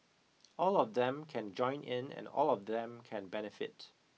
all of them can join in and all of them can benefit